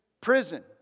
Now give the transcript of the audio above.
prison